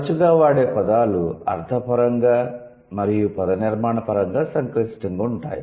తరచుగా వాడే పదాలు అర్థపరంగా మరియు పదనిర్మాణపరంగా సంక్లిష్టంగా ఉంటాయి